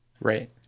right